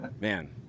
Man